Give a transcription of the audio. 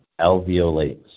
alveolates